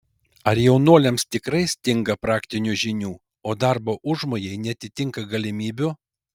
ar jaunuoliams tikrai stinga praktinių žinių o uždarbio užmojai neatitinka galimybių